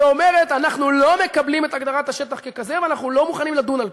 ואומרת: אנחנו לא מקבלים את הגדרת השטח ככזה ולא מוכנים לדון על-פיו,